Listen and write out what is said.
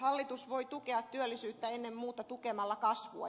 hallitus voi tukea työllisyyttä ennen muuta tukemalla kasvua